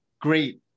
great